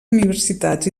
universitats